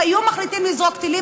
אם היו מחליטים לזרוק טילים,